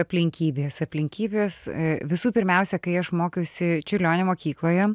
aplinkybės aplinkybės visų pirmiausia kai aš mokiausi čiurlionio mokykloje